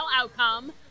outcome